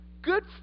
good